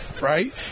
right